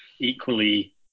equally